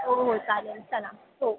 हो हो चालेल चला हो